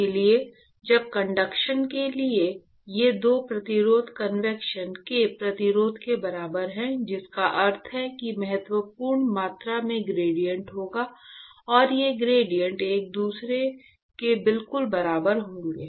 इसलिए जब कंडक्शन के लिए ये 2 प्रतिरोध कन्वेक्शन के प्रतिरोध के बराबर है जिसका अर्थ है कि महत्वपूर्ण मात्रा में ग्रेडिएंट होगा और ये 2 ग्रेडिएंट एक दूसरे के बिल्कुल बराबर होंगे